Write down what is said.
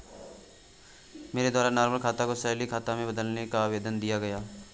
मेरे द्वारा नॉर्मल खाता को सैलरी खाता में बदलने का आवेदन दिया गया